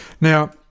Now